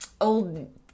old